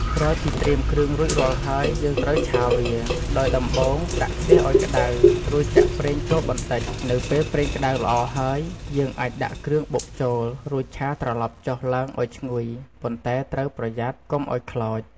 ក្រោយពីត្រៀមគ្រឿងរួចរាល់ហើយ យើងត្រូវឆាវា ដោយដំបូង ដាក់ខ្ទះឱ្យក្តៅ រួចចាក់ប្រេងចូលបន្តិច នៅពេលប្រេងក្តៅល្អហើយ យើងអាចដាក់គ្រឿងបុកចូល រួចឆាត្រឡប់ចុះឡើងឱ្យឈ្ងុយ ប៉ុន្តែត្រូវប្រយ័ត្នកុំឱ្យខ្លោច។